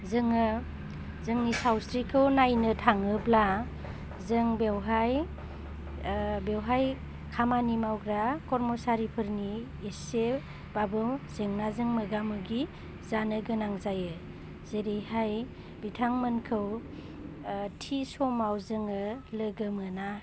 जोङो जोंनि सावस्रिखौ नायनो थाङोब्ला जों बेवहाय बेवहाय खामानि मावग्रा खरमसारिफोरनि एसेबाबो जेंनाजों मोगा मोगि जानो गोनां जायो जेरैहाय बिथांमोनखौ थि समाव जोङो लोगो मोना